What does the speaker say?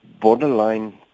borderline